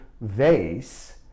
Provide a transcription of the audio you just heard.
vase